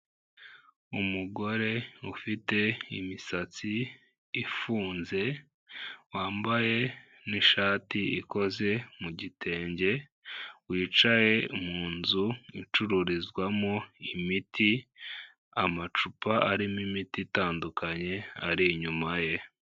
Umugore ufite imisatsi ifunze, wambaye n'ishati ikoze mu gitenge, wicaye mu nzu icururizwamo imiti, amacupa arimo imiti itandukanye ari inyuma ye.